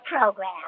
program